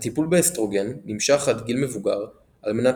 הטיפול באסטרוגן נמשך עד גיל מבוגר על מנת